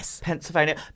Pennsylvania